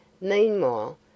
Meanwhile